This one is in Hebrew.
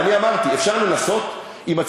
זו האמירה, אגב, אין לי בעיה.